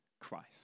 Christ